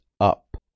up